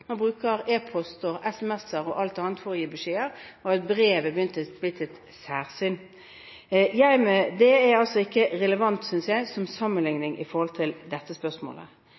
Man bruker e-post og sms-er og alt annet for å gi beskjeder, og brev er blitt et særsyn. Det er altså ikke relevant som sammenligning, synes jeg, når det gjelder dette spørsmålet.